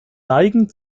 neigen